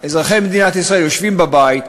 אזרחי מדינת ישראל יושבים בבית,